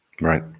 Right